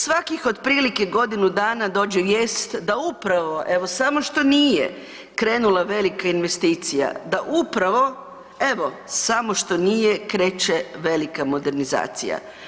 Svakih otprilike godinu dana dođe vijest da upravo evo samo što nije krenula velika investicija, da upravo evo samo što nije kreće velika modernizacija.